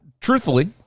truthfully